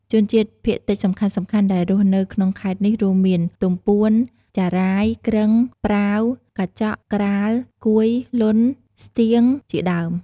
ជនជាតិភាគតិចសំខាន់ៗដែលរស់នៅក្នុងខេត្តនេះ រួមមាន ទំពួន ចារ៉ាយ គ្រឹង ប្រាវ កាចក់ ក្រាល កួយ លុន ស្ទៀង ជាដើម។